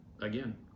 again